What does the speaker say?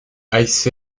high